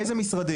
אילו משרדים?